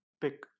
Pick